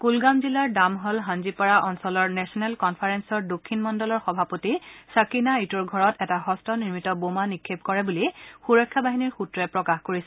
কুলগাম জিলাৰ ডামহাল হঞ্জিপাৰা অঞ্চলৰ নেশ্যনেল কনফাৰেন্সৰ দক্ষিণ মণ্ডলৰ সভাপতি ছাকিনা ইটৰ ঘৰত এটা হস্ত নিৰ্মিত বোমা নিক্ষেপ কৰে বুলি সুৰক্ষা বাহিনীৰ সূত্ৰই প্ৰকাশ কৰিছে